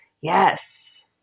Yes